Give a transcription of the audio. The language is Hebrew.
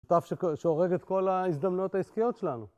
שותף שהורג את כל ההזדמנות העסקיות שלנו